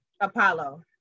Apollo